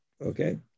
Okay